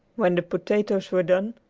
when the potatoes were done,